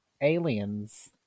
aliens